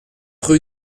rue